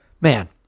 Man